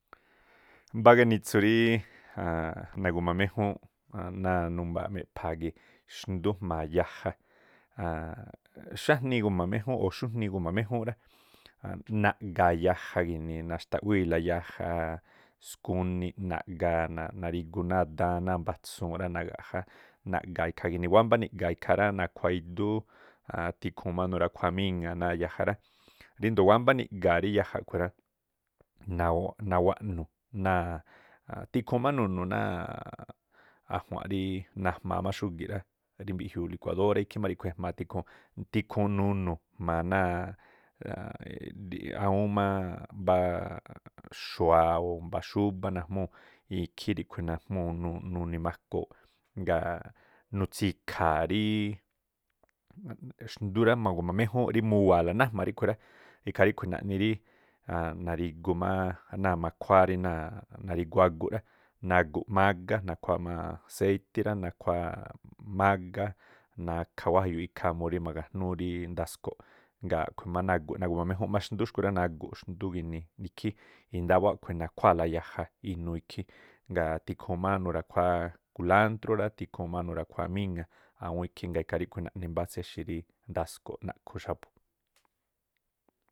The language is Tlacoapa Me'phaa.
Mbá ganitsu ri nagu̱ma méjúúnꞌ náa̱ numbaa̱ meꞌpha̱a̱ gii̱ xndú jmaa yaja, xájnii igu̱ma méjúúnꞌ o̱ xújnii igu̱ma méjúúnꞌ rá. Naꞌga̱a̱ ya̱ja ginii, naxtaꞌwíi̱la yaja skuni naꞌga̱a̱ nanaꞌ narígu náa̱ daan náa̱ mba̱tsuunꞌ rá nagaꞌja, naꞌga̱a̱ ikhaa ginii, wámbá niꞌga̱a̱ ikhaa rá, nakhuáá idú, aann- tikhuun má nurakhuáá míŋa̱ náa̱ yaja rá, ríndo̱o wámbá niꞌga̱a̱ rí yaja aꞌkhui̱ rá nawo̱o̱ꞌ- nawaꞌnu̱- náa̱ tikhuu má nunu̱ náa̱a̱ꞌ ajua̱n riíꞌ najma má xúgi̱ꞌ rá rímbiꞌjiuu likuadórá ikhí má riꞌkhui̱ ejmaa tikhun, tikhuun nunu̱ jma̱a xuwaa o̱ mbá xúbá najmúu̱ ikhí ríꞌkhu̱ najmúu̱ nuni̱ makoo̱ꞌ ngaa̱ nutsi̱kha̱a̱ rí xndúú rá magu̱ma méjúúnꞌ rí muwa̱a̱la nájma̱ ríꞌkhu̱ rá, ikhaa ríꞌkhui̱ naꞌni rí aann- mari̱gu má náa̱ makhuáá rí náa̱ narigu aguꞌ rá, nagu̱ꞌ mágá, nakhuáá má seití rá, nakhuáá mágá, na̱kha wájayuu ikhaa murí mañgajnúú rí ndasko̱ꞌ. Ngaa̱ a̱ꞌkhui̱ má nague̱ꞌ nagu̱ma méjúúnꞌ má xndú xkhurá, naꞌgu̱ xndú ginii ikhí, índáwáá a̱ꞌkhui̱ nakhuáa̱la yaja inuu ikhí. Ngaa̱ tikhuun má nura̱khuáá kulántrú rá, tikhuu má nura̱khuáá míŋa̱ awúún ikhi, ngaa̱ ikhaa ríꞌkhui̱ naꞌni mba tséxi̱ ri ndasko̱ꞌ naꞌkhu̱ xa̱bu̱.